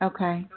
Okay